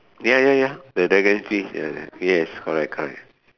ya ya ya the dragon fish ya yes correct correct